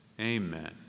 Amen